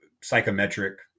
psychometric